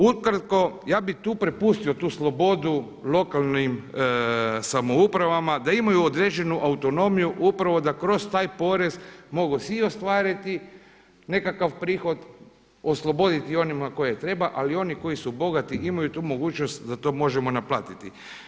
Ukratko ja bi tu prepustio tu slobodu lokalnim samoupravama da imaju određenu autonomiju upravo da kroz taj porez mogu si i ostvariti nekakav prihod, osloboditi onima koje treba, ali oni koji su bogati imaju tu mogućnost da to možemo naplatiti.